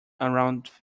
around